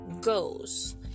goes